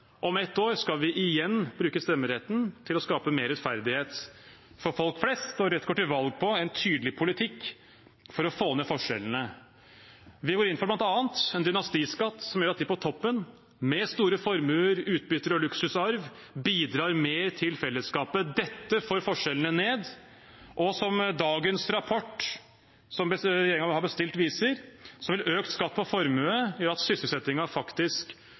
Om et år skal vi igjen bruke stemmeretten til å skape mer rettferdighet for folk flest. Rødt går til valg på en tydelig politikk for å få ned forskjellene. Vi går bl.a. inn for en dynastiskatt som gjør at de på toppen – med store formuer, utbytter og luksusarv – bidrar mer til fellesskapet. Dette får forskjellene ned. Som dagens rapport som regjeringen har bestilt, viser, vil økt skatt på formue gjøre at sysselsettingen faktisk